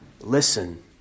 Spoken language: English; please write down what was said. Listen